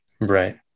Right